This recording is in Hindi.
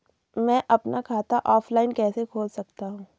मैं अपना खाता ऑफलाइन कैसे खोल सकता हूँ?